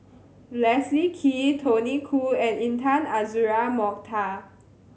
Leslie Kee Tony Khoo and Intan Azura Mokhtar